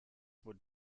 would